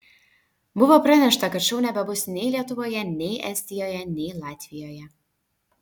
buvo pranešta kad šou nebebus nei lietuvoje nei estijoje nei latvijoje